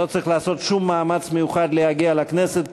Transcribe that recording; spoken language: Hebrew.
לא צריך לעשות שום מאמץ מיוחד להגיע לכנסת,